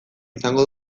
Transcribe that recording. izango